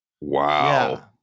Wow